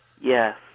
Yes